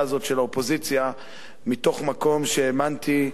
הזאת של האופוזיציה מתוך מקום שהאמנתי,